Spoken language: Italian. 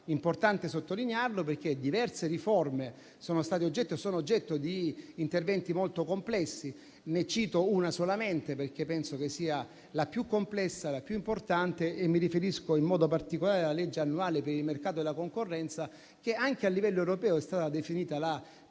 importante sottolinearlo, perché diverse riforme sono state e sono oggetto di interventi molto complessi. Ne cito una solamente perché penso che sia la più complessa e la più importante: mi riferisco in modo particolare alla legge annuale per il mercato della concorrenza, che anche a livello europeo è stata definita la